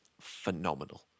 phenomenal